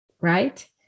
right